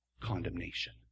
condemnation